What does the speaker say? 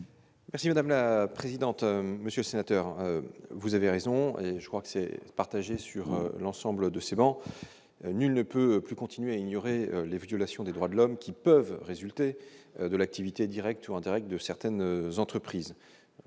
Merci madame la présidente, monsieur sénateur, vous avez raison et je crois que c'est partagé sur l'ensemble de ces bancs, nul ne peut plus continuer à ignorer les violations des droits de l'homme qui peuvent résulter de l'activité directement directe de certaines entreprises,